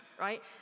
right